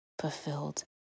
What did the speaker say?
fulfilled